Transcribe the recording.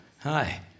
hi